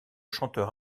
chanteur